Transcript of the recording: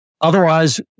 Otherwise